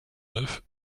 neuf